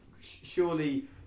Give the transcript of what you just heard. surely